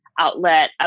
outlet